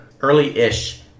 early-ish